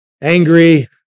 angry